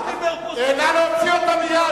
הוא דיבר פה, נא להוציא אותו מייד.